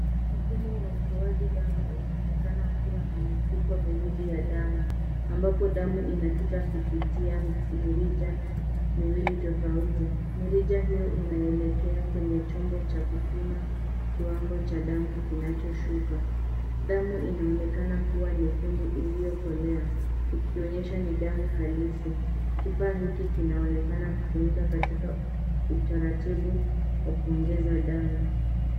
Mfumo wa utoaji damu unaonekana ukiwa na mifuko miwili ya damu ambapo damu inapita kupitia mirija miwili tofauti. Mirija hiyo inaelekea kwenye chombo cha kupima kiwango cha damu kinachoshuka. Damu inaonekana kuwa nyekundu iliyokolea, ikionyesha ni damu halisi. Kifaa hiki kinaonekana kutumika katika utaratibu wa kuongeza damu.